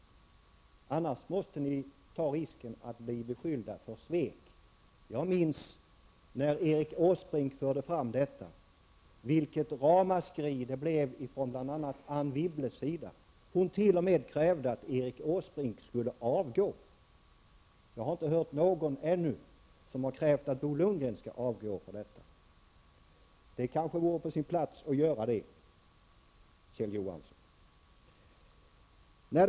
Annars måste ni ta risken att bli beskyllda för svek. Jag minns vilket ramaskri det blev från Anne Wibbles sida när Erik Åsbrink förde fram detta förslag. Hon t.o.m. krävde att Erik Åsbrink skulle avgå. Jag har inte hört någon ännu som har krävt att Bo Lundgren skall avgå. Det kanske vore på sin plats att kräva det, Kjell Johansson.